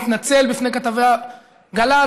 מתנצל בפני כתבי גל"צ,